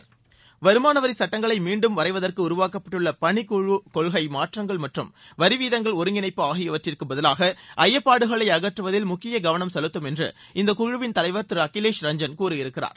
ம் ம் வருமான வரி சட்டங்களை மீண்டும் வரைவதற்கு உருவாக்கப்பட்டுள்ள பணிக்குழு கொள்கை மாற்றங்கள் மற்றும் வரி வீதங்கள் ஒருங்கிணைப்பு ஆகியவற்றிற்கு பதிவாக ஐயப்பாடுகளை அகற்றுவதில் முக்கிய கவனம் செலுத்தும் என்று இந்த குழுவின் தலைவர் திரு அகிலேஷ் ரஞ்சன் கூறியிருக்கிறார்